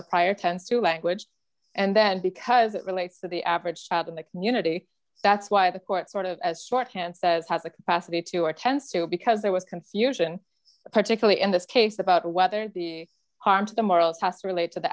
the prior tends to language and then because it relates to the average in the community that's why the court sort of as sort can says has the capacity to attend school because there was confusion particularly in this case about whether the harm to the morals has to relate to the